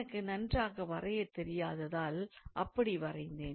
எனக்கு நன்றாக வரையத் தெரியாததால் அப்படி வரைந்தேன்